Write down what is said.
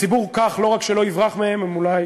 כך הציבור לא רק שלא יברח מהם, הוא אולי